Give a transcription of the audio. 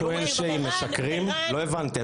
לא הבנתי.